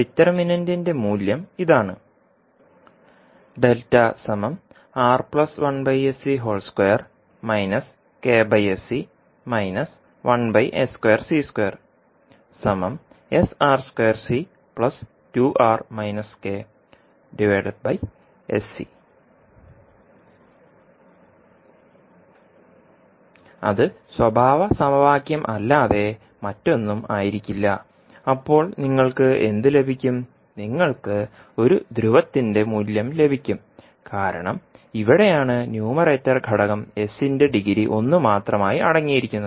ഡിറ്റർമിനന്റിന്റെ മൂല്യം ഇതാണ് അത് സ്വഭാവ സമവാക്യമല്ലാതെ മറ്റൊന്നുമായിരിക്കില്ല അപ്പോൾ നിങ്ങൾക്ക് എന്ത് ലഭിക്കും നിങ്ങൾക്ക് ഒരു ധ്രുവത്തിന്റെ മൂല്യം ലഭിക്കും കാരണം ഇവിടെയാണ് ന്യൂമറേറ്റർ ഘടകം s ന്റെ ഡിഗ്രി 1 മാത്രമായി അടങ്ങിയിരിക്കുന്നത്